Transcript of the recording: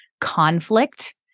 conflict